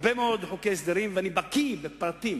הרבה מאוד חוקי הסדרים, ואני בקי בפרטים.